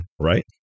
Right